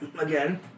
again